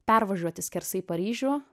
pervažiuoti skersai paryžių